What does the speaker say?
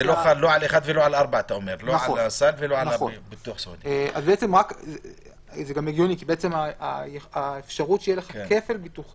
זה לא חל לא על 1 ולא על 4. האפשרות שתהיה לך כפל ביטוחים